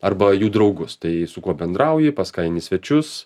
arba jų draugus tai su kuo bendrauji pas ką eini į svečius